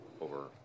over